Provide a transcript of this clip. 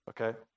okay